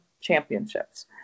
Championships